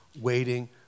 waiting